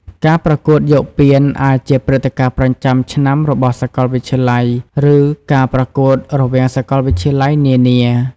ការប្រកួតយកពានអាចជាព្រឹត្តិការណ៍ប្រចាំឆ្នាំរបស់សាកលវិទ្យាល័យ ឬការប្រកួតរវាងសាកលវិទ្យាល័យនានា។